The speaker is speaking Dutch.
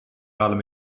halen